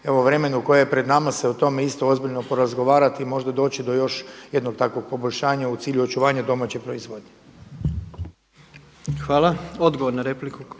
evo vremenu koje je pred nama se o tome isto ozbiljno porazgovarati i možda doći do još jednog takvog poboljšanja u cilju očuvanja domaće proizvodnje. **Jandroković,